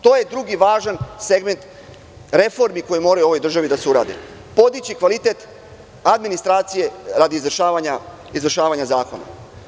To je drugi važan segment reformi koji mora da se uradi u ovoj državi – podići kvalitet administracije radi izvršavanja zakona.